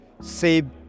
save